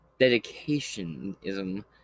dedicationism